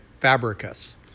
Fabricus